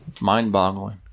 mind-boggling